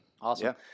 Awesome